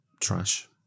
trash